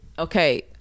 Okay